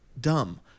dumb